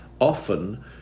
often